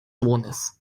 sohnes